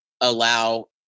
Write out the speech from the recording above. allow